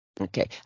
Okay